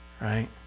right